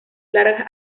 largas